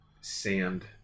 sand